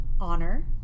honor